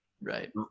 Right